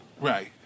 Right